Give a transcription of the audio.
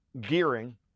gearing